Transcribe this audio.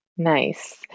Nice